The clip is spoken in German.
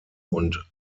und